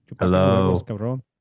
Hello